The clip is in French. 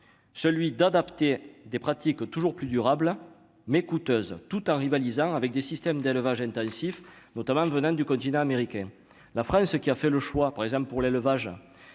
celui d'adapter des pratiques toujours plus durable mais coûteuse tout en rivalisant avec des systèmes d'élevage intensif, notamment venant du continent américain, la France qui a fait le choix, par exemple pour l'élevage